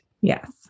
Yes